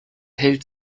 hält